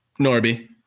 Norby